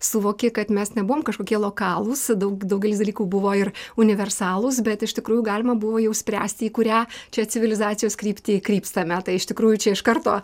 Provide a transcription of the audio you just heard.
suvoki kad mes nebuvom kažkokie lokalūs daug daugelis dalykų buvo ir universalūs bet iš tikrųjų galima buvo jau spręsti į kurią čia civilizacijos kryptį krypstame tai iš tikrųjų čia iš karto